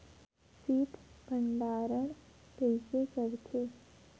शीत भंडारण कइसे करथे?